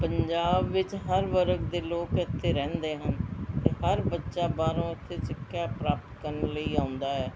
ਪੰਜਾਬ ਵਿੱਚ ਹਰ ਵਰਗ ਦੇ ਲੋਕ ਇੱਥੇ ਰਹਿੰਦੇ ਹਨ ਅਤੇ ਹਰ ਬੱਚਾ ਬਾਹਰੋਂ ਇੱਥੇ ਸਿੱਖਿਆ ਪ੍ਰਾਪਤ ਕਰਨ ਲਈ ਆਉਂਦਾ ਹੈ